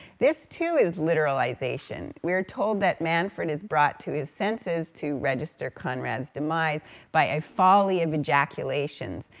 this, too, is literalization, we're told that manfred is brought to his senses to register conrad's demise by a folly of ejaculations,